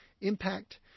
impact